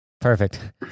Perfect